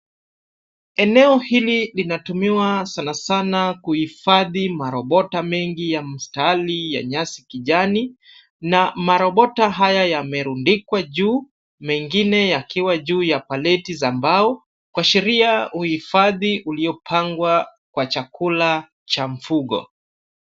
Eneo hili linatumika sana sana kuhifadhi marobota mengi ya mstari ya nyasi kijani na marobota haya yamerundikwa juu, mengine yakiwa juu ya paleti za mbao kuashiria uhifadhi uliopangwa kwa chakula cha mfugo.